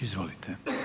Izvolite.